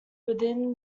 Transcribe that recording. within